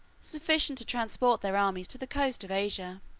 sufficient to transport their armies to the coast of asia.